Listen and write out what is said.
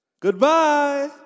Goodbye